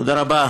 תודה רבה.